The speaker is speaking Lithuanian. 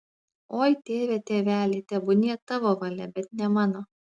oi tėve tėveli tebūnie tavo valia bet ne mano